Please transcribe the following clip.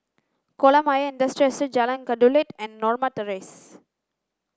Kolam Ayer Industrial Estate Jalan Kelulut and Norma Terrace